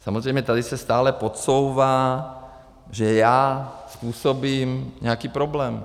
Samozřejmě tady se stále podsouvá, že já způsobím nějaký problém.